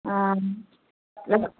आम